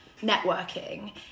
networking